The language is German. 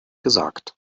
gesagt